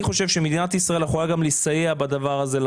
אני חושב שמדינת ישראל יכולה גם לסייע בדבר הזה,